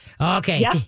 okay